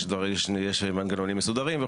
יש מנגנונים מסודרים,